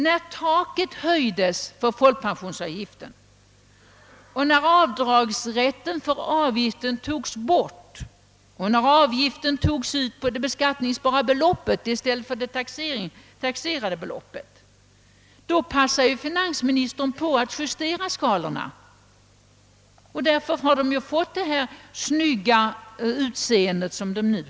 När taket för folkpensionsavgiften höjdes, när avdragsrätten för denna avgift slopades och när avgiften togs ut på det beskattningsbara beloppet i stället för det taxerade beloppet justerade finansministern skalorna, vilket gjort att de fått sitt nuvarande snygga utseende.